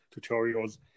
tutorials